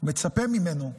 מצפה ממנו,